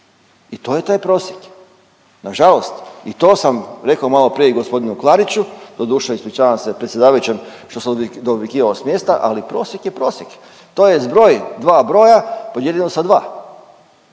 i to je taj prosjek. Nažalost, i to sam reko maloprije i g. Klariću, doduše ispričavam se predsjedavajućem što sam dovikivao s mjesta, ali prosjek je prosjek, to je zbroj dva broja podijeljeno sa dva